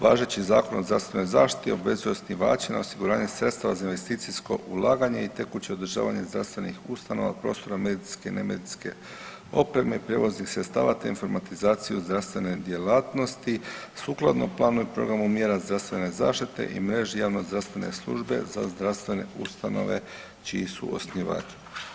Važeći Zakon o zdravstvenoj zaštiti obvezuje osnivača na osiguranje sredstva za investicijsko ulaganje i tekuće održavanje zdravstvenih ustanova, prostora medicinske i nemedicinske opreme i prijevoznih sredstava te informatizaciju zdravstvene djelatnosti sukladno planu i programu mjera zdravstvene zaštite i mreži javnozdravstvene službe za zdravstvene ustanove čiji su osnivači.